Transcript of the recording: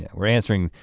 yeah we're answering,